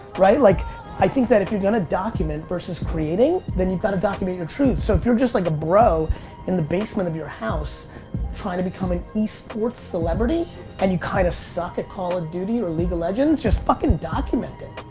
right. like i think that if you're gonna document versus creating, then you've got to document your truth. so if you're just like a bro in the basement of your house trying to become an esports celebrity and you kinda kind of suck at call of duty or league of legends, just fuckin' document it.